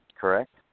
correct